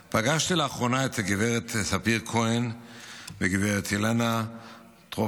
פגשתי לאחרונה את גב' ספיר כהן וגב' ילנה טרופנוב,